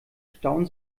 stauen